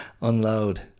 Unload